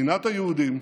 שנאת היהודים,